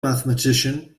mathematician